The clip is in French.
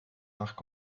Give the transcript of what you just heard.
arcs